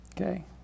Okay